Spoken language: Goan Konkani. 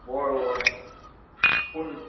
हय हय पूण